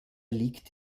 liegt